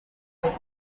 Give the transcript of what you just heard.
akazi